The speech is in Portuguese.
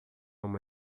uma